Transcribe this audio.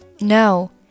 No